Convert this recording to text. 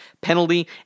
penalty